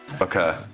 Okay